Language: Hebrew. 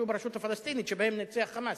ברשות הפלסטינית שבהן ניצח ה"חמאס".